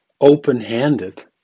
open-handed